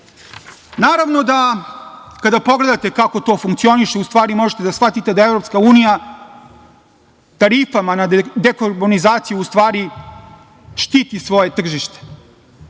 da kada pogledate kako to funkcioniše, u stvari možete da shvatite da EU tarifama na dekorbonizaciji u stvari štiti svoje tržište.